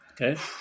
Okay